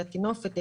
את הטינופת,